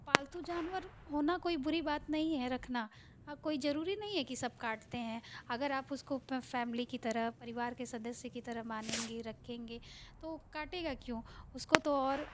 पालतू जानवर होना कोइ बुरी बात नहीं है रखना अब कोई जरूरी नहीं है कि सब काटते हैं अगर आप उसको फैमिली की तरह परिवार के सदस्य की तरह मानेंगे रखेंगे तो वो काटेगा क्यों उसको तो और